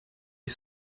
est